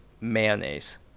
Mayonnaise